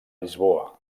lisboa